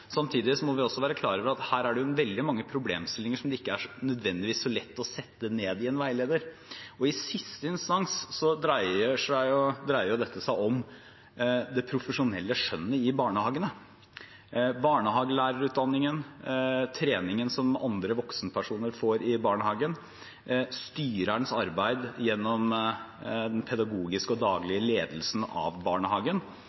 veldig mange problemstillinger som det ikke nødvendigvis er så lett å skrive ned i en veileder. Og i siste instans dreier dette seg om det profesjonelle skjønnet i barnehagene – barnehagelærerutdanningen, treningen som andre voksenpersoner får i barnehagen, og styrerens arbeid gjennom den pedagogiske og